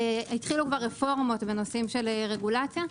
התחילו רפורמות בנושאי רגולציה.